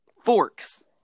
Forks